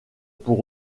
pour